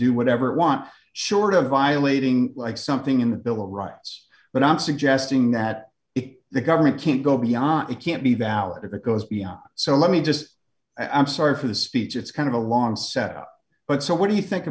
do whatever we want short of violating like something in the bill of rights but i'm suggesting that if the government can't go beyond it can't be valid if it goes beyond so let me just i'm sorry for the speech it's kind of a long set up but so what do you think